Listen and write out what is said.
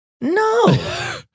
No